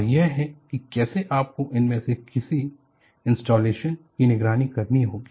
और यह है की कैसे आपको उनमें से किसी इंस्टालेशन की निगरानी करनी होगी